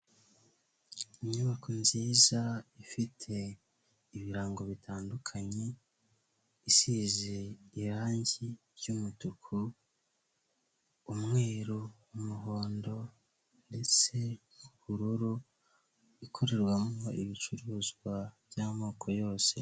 Inyubako nziza ifite ibirango bitandukanye isize irangi ry'umutuku, umweru, umuhondo ndetse n'ubururu, ikorerwamo ibicuruzwa by'amoko yose.